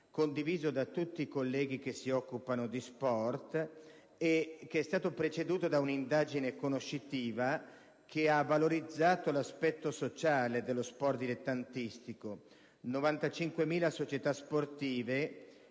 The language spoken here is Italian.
pubblica e da tutti i colleghi che si occupano di sport, che è stato preceduto da un'indagine conoscitiva che ha riconosciuto il grande valore sociale dello sport dilettantistico, con 95.000 società sportive